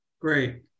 Great